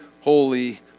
holy